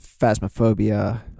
Phasmophobia